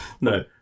no